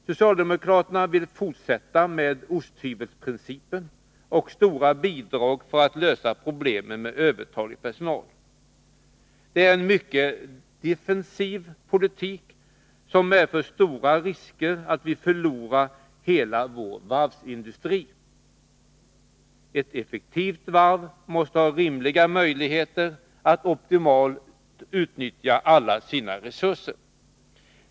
Socialdemokraterna vill fortsätta med osthyvelsprincipen och stora bidrag för att lösa problemen med övertalig personal. Det är en mycket defensiv politik, som medför stora risker att vi förlorar hela vår varvsindustri. Ett effektivt varv måste ha rimliga möjligheter att optimalt utnyttja alla sina resurser.